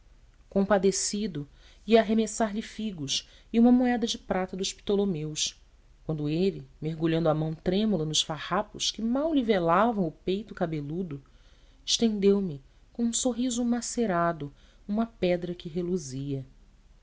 cansaço compadecido ia arremessar lhe figos e uma moeda de prata dos ptolomeus quando ele mergulhando a mão trêmula nos farrapos que mal lhe velavam o peito cabeludo estendeu-me com um sorriso macerado uma pedra que reluzia